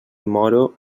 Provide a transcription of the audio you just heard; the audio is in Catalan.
moro